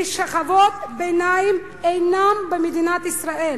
כי שכבות ביניים אינן במדינת ישראל.